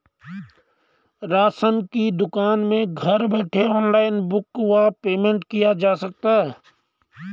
Ration की दुकान में घर बैठे ऑनलाइन बुक व पेमेंट किया जा सकता है?